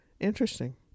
interesting